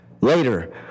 later